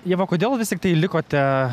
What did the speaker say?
ieva kodėl vis tiktai likote